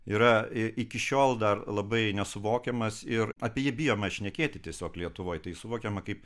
yra iki šiol dar labai nesuvokiamas ir apie jį bijoma šnekėti tiesiog lietuvoj tai suvokiama kaip